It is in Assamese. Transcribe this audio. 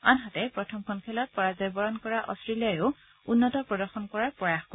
আনহাতে প্ৰথমখন খেলত পৰাজয়বৰণ কৰা অট্টেলিয়ায়ো উন্নত প্ৰদৰ্শন কৰাৰ প্ৰয়াস কৰিব